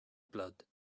blood